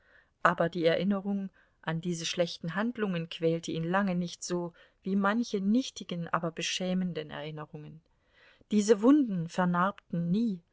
aber die erinnerung an diese schlechten handlungen quälte ihn lange nicht so wie manche nichtigen aber beschämenden erinnerungen diese wunden vernarbten nie